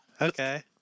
Okay